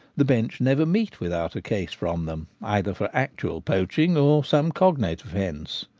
the bench never meet without a case from them, either for actual poaching or some cognate offence.